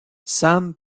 sam